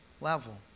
level